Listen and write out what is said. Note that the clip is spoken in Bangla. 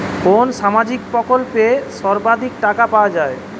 কোন সামাজিক প্রকল্পে সর্বাধিক টাকা পাওয়া য়ায়?